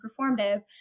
performative